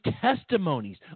testimonies